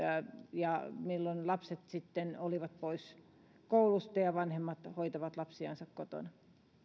ja lapset sitten ovat olleet pois koulusta ja vanhemmat hoitaneet lapsiansa kotona